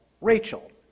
Rachel